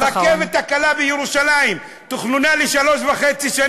שני דברים: הרכבת הקלה בירושלים תוכננה לשלוש שנים וחצי,